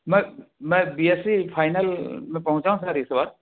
मैं मैं B S C final में पहुँचा हूँ सर इस वर्ष